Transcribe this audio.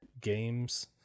games